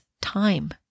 time